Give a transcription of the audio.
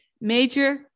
Major